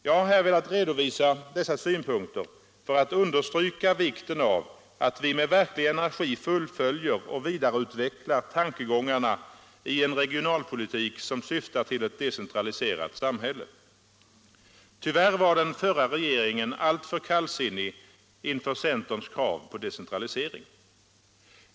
Jag har här velat redovisa dessa synpunkter för att understryka vikten av att vi med verklig energi fullföljer och vidareutvecklar tankegångarna i en regionalpolitik som syftar till ett decentraliserat samhälle; Tyvärr var den förra regeringen alltför kallsinnig inför centerns krav på decentralisering.